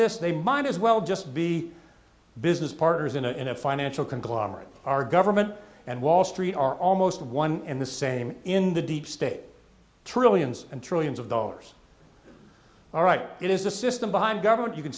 this they might as well just be business partners in a in a financial conglomerate our government and wall street are almost one and the same in the deep state trillions and trillions of dollars all right it is the system behind government you can